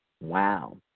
Wow